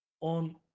on